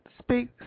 speak